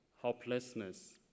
hopelessness